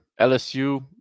LSU